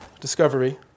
discovery